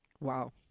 Wow